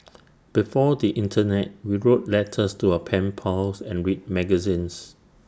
before the Internet we wrote letters to our pen pals and read magazines